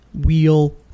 Wheel